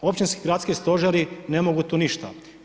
Općinski gradski stožeri ne mogu tu ništa.